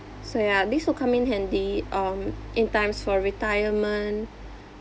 so ya this will come in handy um in times for retirement